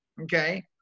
okay